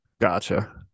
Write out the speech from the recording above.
Gotcha